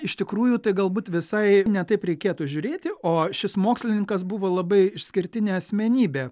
iš tikrųjų tai galbūt visai ne taip reikėtų žiūrėti o šis mokslininkas buvo labai išskirtinė asmenybė